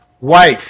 wife